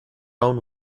own